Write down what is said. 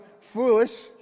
foolish